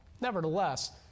Nevertheless